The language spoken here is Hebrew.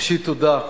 ראשית תודה,